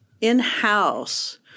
in-house